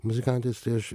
muzikantais tai aš